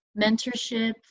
mentorship